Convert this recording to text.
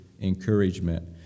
encouragement